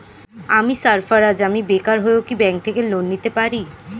আমি সার্ফারাজ, আমি বেকার হয়েও কি ব্যঙ্ক থেকে লোন নিতে পারি?